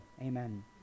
amen